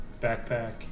Backpack